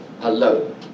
alone